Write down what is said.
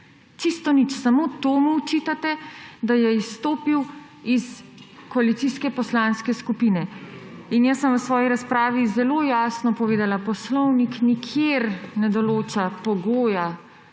Čisto nič, samo to mu očitate, da je izstopil iz koalicijske poslanske skupine. Jaz sem v svoji razpravi zelo jasno povedala, poslovnik nikjer ne določa pogoja,